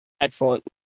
Excellent